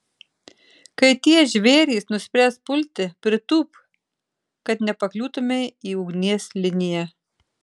kai tie žvėrys nuspręs pulti pritūpk kad nepakliūtumei į ugnies liniją